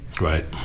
Right